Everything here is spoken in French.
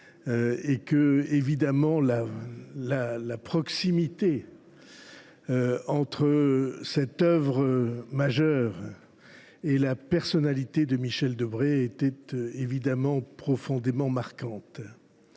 ci. Évidemment, la proximité entre cette œuvre majeure et la personnalité de Michel Debré était profondément marquante.